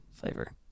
flavor